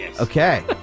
Okay